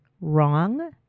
Wrong